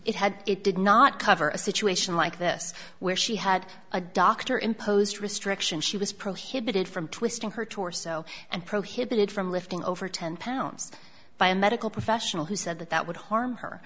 it had it did not cover a situation like this where she had a doctor imposed restrictions she was prohibited from twisting her torso and prohibited from lifting over ten pounds by a medical professional who said that that would harm her